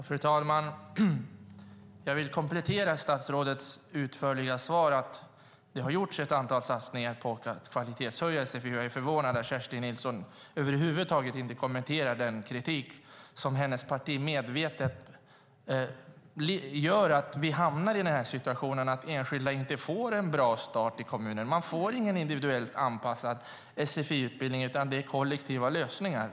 Fru talman! Jag vill komplettera statsrådets utförliga svar med att det har gjorts ett antal satsningar på att kvalitetshöja sfi. Jag är förvånad över att Kerstin Nilsson över huvud taget inte kommenterar det som gör att vi hamnar i den här situationen där enskilda inte får en bra start i kommunen. De får ingen individuellt anpassad sfi-utbildning, utan det är kollektiva lösningar.